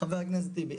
חבר הכנסת טיבי.